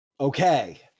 Okay